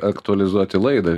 aktualizuoti laidą